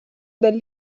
del